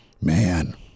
Man